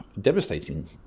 devastating